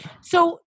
So-